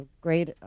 great